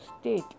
state